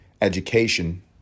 education